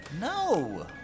No